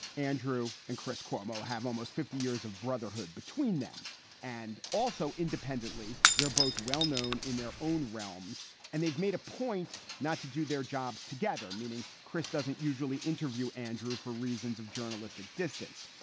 andrew and chris cuomo have almost fifty years of brotherhood between them and also independently. they're both well-known in their own realms and they've made a point not to do their jobs together, meaning chris doesn't usually interview andrew for reasons of journalistic distance.